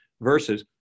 versus